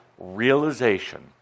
realization